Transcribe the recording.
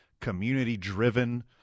community-driven